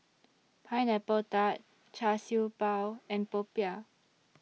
Pineapple Tart Char Siew Bao and Popiah